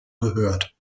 gehört